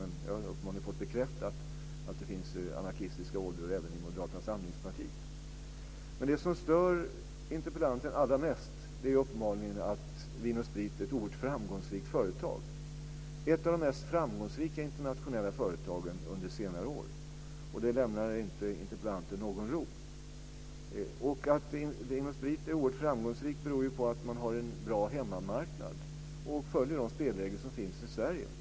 Men jag har nu fått bekräftat att det finns anarkistiska ådror även i det moderata samlingspartiet. Men det som stör interpellanten allra mest är uppenbarligen att Vin & Sprit är ett oerhört framgångsrikt företag, ett av de mest framgångsrika internationella företagen under senare år, och det lämnar inte interpellanten någon ro. Att Vin & Sprit är oerhört framgångsrikt beror på en bra hemmamarknad och att man följer de spelregler som finns i Sverige.